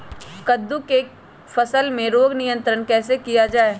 कददु की फसल में रोग नियंत्रण कैसे किया जाए?